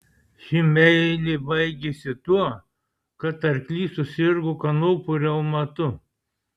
ši meilė baigėsi tuo kad arklys susirgo kanopų reumatu